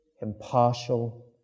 impartial